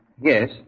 yes